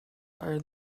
are